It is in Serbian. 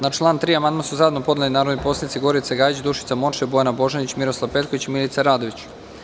Na član 3. amandman su zajedno podneli narodni poslanici Gorica Gajić, Dušica Morčev, Bojana Božanić, Miroslav Petković i Milica Radović.